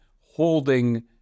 holding